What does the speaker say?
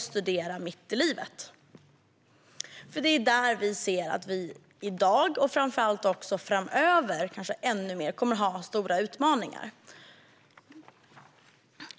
studera också mitt i livet. Det är där vi ser att vi i dag och kanske ännu mer framöver kommer att ha stora utmaningar.